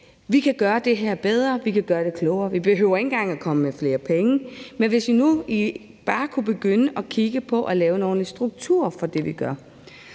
Vi kan gøre det her bedre. Vi kan gøre det klogere. Vi behøver ikke engang at komme med flere penge. Hvis vi nu bare kunne begynde at kigge på at lave nogle strukturer for det, vi gør.